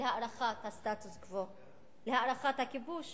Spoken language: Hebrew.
להארכת הסטטוס-קוו, להארכת הכיבוש